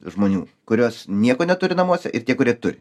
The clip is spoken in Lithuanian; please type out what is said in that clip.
žmonių kurios nieko neturi namuose ir tie kurie turi